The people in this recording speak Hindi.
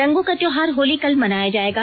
रंगों का त्योहार होली कल मनाया जाएगा